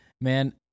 Man